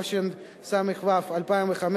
התשס"ו 2005,